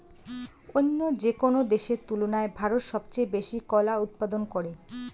অইন্য যেকোনো দেশের তুলনায় ভারত সবচেয়ে বেশি কলা উৎপাদন করে